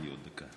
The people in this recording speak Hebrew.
תן לי עוד דקה.